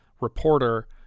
reporter